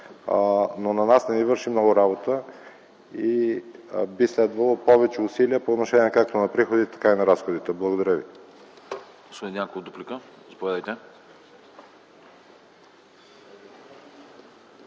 но на нас не ни върши много работа. Би следвало повече усилия - както на приходите, така и на разходите. Благодаря.